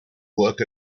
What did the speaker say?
work